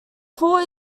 fort